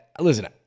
Listen